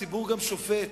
הציבור גם שופט